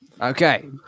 Okay